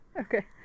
Okay